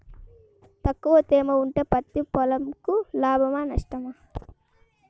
తక్కువ తేమ ఉంటే పత్తి పొలంకు లాభమా? నష్టమా?